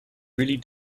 really